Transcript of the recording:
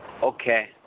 Okay